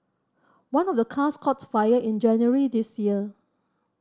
one of the cars caught fire in January this year